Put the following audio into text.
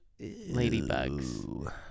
ladybugs